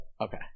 okay